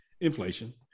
inflation